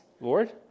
Lord